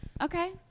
Okay